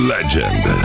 Legend